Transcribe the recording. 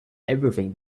everything